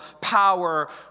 power